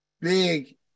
big